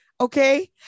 Okay